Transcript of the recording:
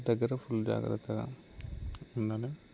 water దగ్గర full జాగ్రత్తగా ఉండాలి